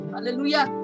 Hallelujah